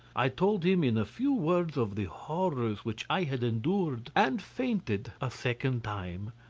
i told him in a few words of the horrors which i had endured, and fainted a second time.